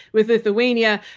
with lithuania,